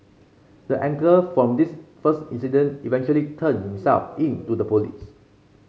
the angler from this first incident eventually turned himself in to the police